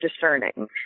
discerning